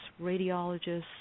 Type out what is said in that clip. radiologists